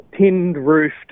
tinned-roofed